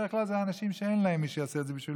בדרך כלל אלה אנשים שאין להם מי שיעשה את זה בשבילם,